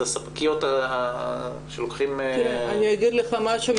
זה ספקיות שלוקחים --- אני אגיד לך משהו,